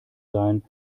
sein